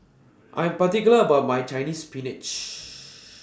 I Am particular about My Chinese Spinach